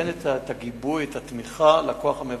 נותנת את הגיבוי, את התמיכה, לכוח המבצע.